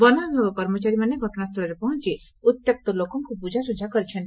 ବନ ବିଭାଗ କର୍ମଚାରୀମାନେ ଘଟଣାସ୍ଚଳରେ ପହଞ୍ ଉତ୍ୟକ୍ତ ଲୋକଙ୍କୁ ବୁଝାସୁଝା କରିଛନ୍ତି